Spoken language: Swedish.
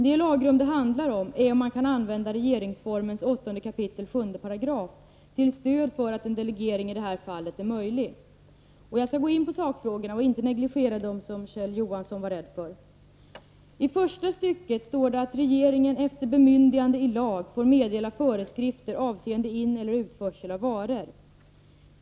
Det lagrum det handlar om gäller huruvida man kan åberopa regeringsformens 8 kap. 7 § som stöd för att en delegering i det här fallet är möjlig. Jag skall gå in på sakfrågorna och inte negligera dem, som Kjell Johansson var rädd för. I första stycket står det att regeringen efter bemyndigande i lag får meddela föreskrifter avseende ineller utförsel av varor.